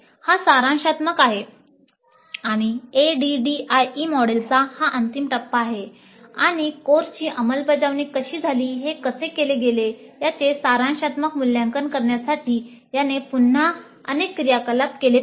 हा सारांशात्मक आहे आणि ADDIE मॉडेलचा हा अंतिम टप्पा आहे आणि कोर्सची अंमलबजावणी कशी झाली हे कसे केले गेले याचे सारांशात्मक मूल्यांकन करण्यासाठी याने पुन्हा अनेक क्रियाकलाप केले पाहिजे